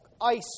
ice